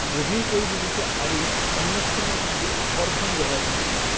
গভীৰ কৰি তুলিছে আৰু অন্যক্ষণৰ প্ৰতি আকৰ্ষণ জগাই তুলিছে